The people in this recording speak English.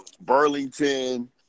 Burlington